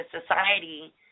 society